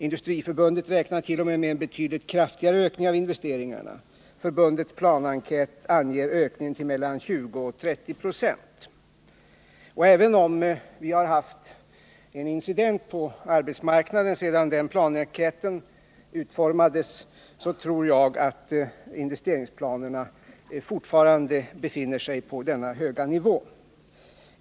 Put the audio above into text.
Industriförbundet räknar t.o.m. med en betydligt kraftigare ökning av investeringarna. Förbundets planenkät anger ökningen till 20-30 26. Även om vi har haft en incident på arbetsmarknaden sedan den planenkäten utformades, tror jag att investeringsplanerna fortfarande befinner sig på denna höga nivå.